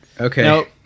Okay